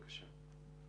בבקשה.